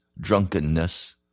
drunkenness